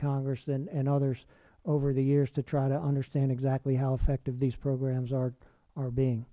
congress and others over the years to try to understand exactly how effective these programs are being